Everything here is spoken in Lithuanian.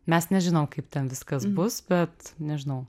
mes nežinom kaip ten viskas bus bet nežinau